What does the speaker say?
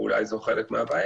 ואולי זה חלק מהבעיה,